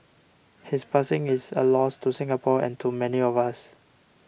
his passing is a loss to Singapore and to many of us